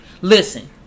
Listen